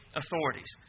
authorities